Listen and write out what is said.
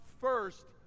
first